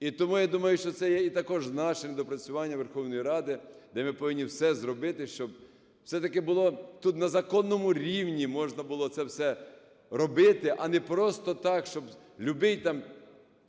І тому я думаю, що це є також і нашим недопрацюванням, Верховної Ради, де ми повинні все зробити, щоб все-таки було… тут на законному рівні можна було це все робити. А не просто так, щоб любий там